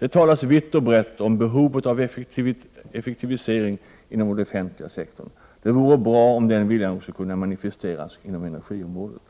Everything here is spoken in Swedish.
Det talas vitt och brett om behovet av effektivisering inom den offentliga sektorn. Det vore bra om den viljan också kunde manifesteras inom energiområdet.